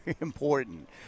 important